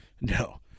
no